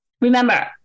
Remember